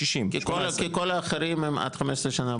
כי כל האחרים הם עד 15 שנה.